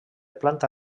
planta